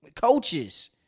Coaches